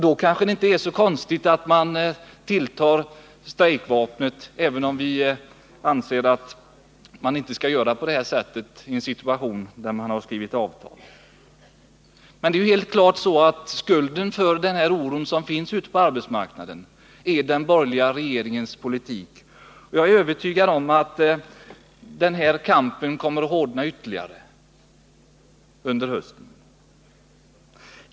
Då kanske det inte är så konstigt att man tar till strejkvapnet, även om vi anser att man inte skall göra det i en situation där avtal är slutna. Men det står helt klart att det är den borgerliga regeringens politik som bär skulden till den oro som finns ute på arbetsmarknaden, och jag är övertygad om att denna kamp kommer att hårdna ytterligare under hösten.